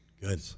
good